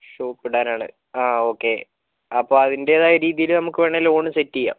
shop ഇടാനാണ് ആ okay അപ്പോൾ അതിൻ്റെതായ രീതിയിൽ നമുക്ക് വേണേൽ ലോൺ സെറ്റ് ചെയ്യാം